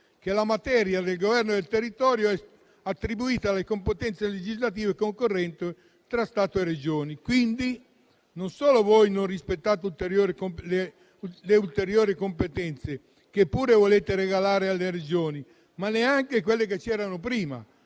che la materia del governo del territorio è attribuita alla competenza legislativa concorrente tra Stato e Regioni. Quindi, non solo voi non rispettate le ulteriori competenze che pure volete regalare alle Regioni, ma neanche quelle che c'erano prima.